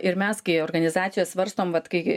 ir mes kai organizacijos svarstom vat kai